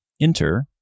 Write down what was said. Enter